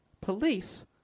Police